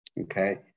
okay